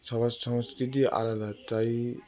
সবার সংস্কৃতি আলাদা তাই